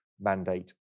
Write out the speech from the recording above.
mandate